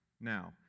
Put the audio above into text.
Now